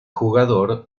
jugador